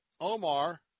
Omar